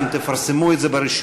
אתם תפרסמו את זה ברשומות?